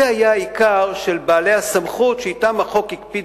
אלה היו בעיקר בעלי הסמכות שהחוק הקפיד